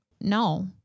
no